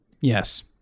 Yes